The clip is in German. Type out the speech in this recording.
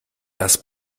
das